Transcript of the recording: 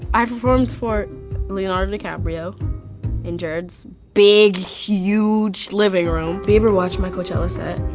i performed for leonardo dicaprio in jared's big, huge living room. bieber watched my coachella set.